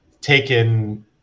taken